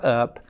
up